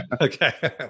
Okay